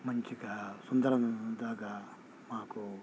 మంచిగా సుందరంగా మాకు